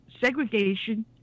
segregation